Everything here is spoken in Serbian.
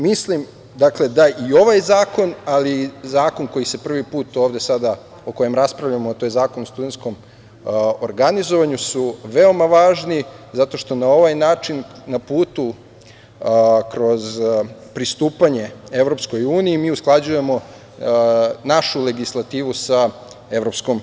Mislim da i ovaj zakon, ali i zakon o kojem prvi put ovde sada raspravljamo, a to je zakon o studenskom organizovanju, su veoma važni, zato što na ovaj način na putu kroz pristupanje EU, mi usklađujemo našu legislativu sa EU.